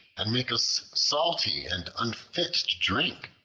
and make us salty and unfit to drink?